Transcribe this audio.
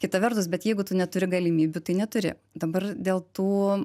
kita vertus bet jeigu tu neturi galimybių tai neturi dabar dėl tų